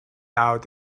out